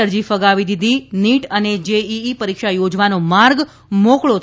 અરજી ફગાવી દીધી નીટ અને જેઇઇ પરીક્ષા યોજવાનો માર્ગ મોકળો થયો